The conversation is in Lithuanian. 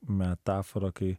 metafora kai